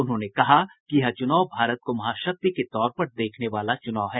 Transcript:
उन्होंने कहा कि यह चुनाव भारत को महाशक्ति के तौर पर देखने वाला चुनाव है